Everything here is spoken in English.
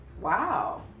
Wow